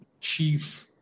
chief